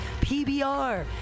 PBR